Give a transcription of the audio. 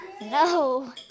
No